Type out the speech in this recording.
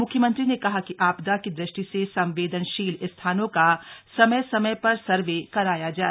मुख्यमंत्री ने कहा कि आपदा की दृष्टि से संवेदनशील स्थानों का समय समय पर सर्वे कराया जाय